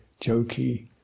jokey